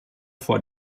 vor